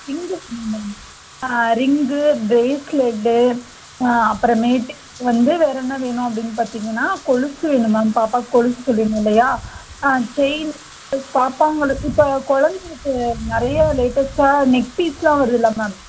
ring வேணும் ma'am ring bracelet அப்புறமேட்டுக்கு வந்து வேறு என்ன வேணும் அப்படின்னு பார்த்திங்கன்னா கொலுசு வேணும் மேம் பாப்பாவுக்கு கொலுசு சொல்லியிருந்தேன் இல்லையா ஆ செயின்னு பாப்பாங்களுக்கு இப்போ குழந்தைங்களுக்கு நிறைய லேட்டெஸ்ட்டாக நெக் பீஸுலாம் வருதில்ல மேம்